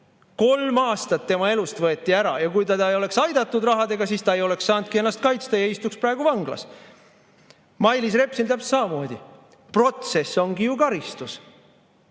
Kolm aastat tema elust võeti ära. Ja kui teda ei oleks aidatud rahaga, siis ta ei oleks saanudki ennast kaitsta ja istuks praegu vanglas. Mailis Repsiga on täpselt samamoodi. Protsess ongi ju karistus.